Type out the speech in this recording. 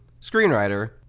screenwriter